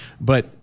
but-